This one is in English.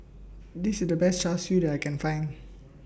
This IS The Best Char Siu that I Can Find